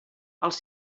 els